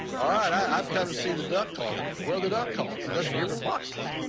all right. i've come to see the duck calls. where are the duck calls? nothing here but boxes.